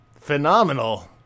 phenomenal